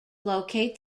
locate